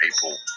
people